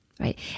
Right